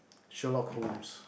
Sherlock-Holmes